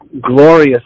glorious